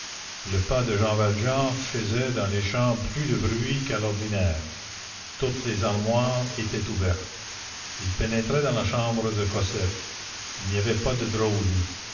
le pas de jean valjean faisait dans les chambres plus de bruit qu'à l'ordinaire toutes les armoires étaient ouvertes il pénétra dans la chambre de cosette il n'y avait pas de draps